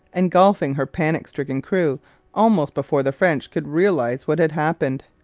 engulfing her panic-stricken crew almost before the french could realize what had happened.